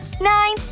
nine